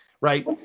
right